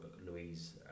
Louise